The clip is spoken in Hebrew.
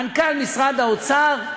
מנכ"ל משרד האוצר,